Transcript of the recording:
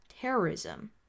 terrorism